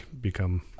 become